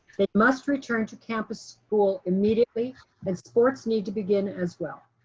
they must return to campus school immediately and sports need to begin as well.